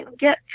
get